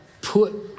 put